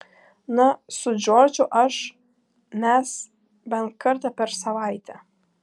na su džordžu aš mes bent kartą per savaitę